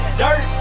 dirt